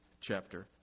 chapter